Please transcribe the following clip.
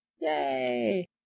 Yay